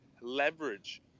leverage